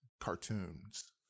cartoons